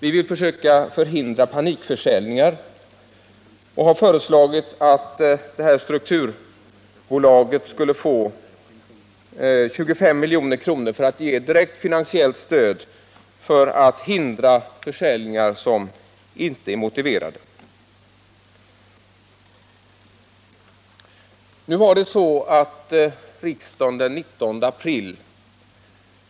Vi vill försöka hindra panikförsäljningar och har därför föreslagit att strukturbolaget skulle få 25 milj.kr. för att kunna ge direkt finansiellt stöd till att hindra omotiverade försäljningar. Den 19 april